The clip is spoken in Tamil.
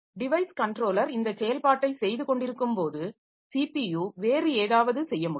டிவைஸ் கன்ட்ரோலர் இந்தச் செயல்பாட்டைச் செய்து கொண்டிருக்கும் போது ஸிபியு வேறு ஏதாவது செய்ய முடியும்